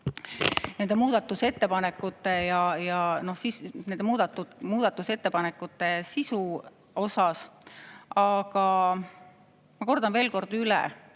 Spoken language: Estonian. nende muudatusettepanekute sisu pärast. Ma kordan veel kord üle